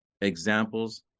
examples